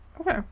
Okay